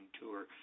Tour